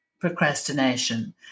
procrastination